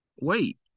Wait